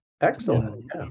Excellent